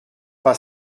pas